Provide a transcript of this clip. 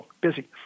busy